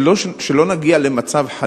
שלא נגיע למצב,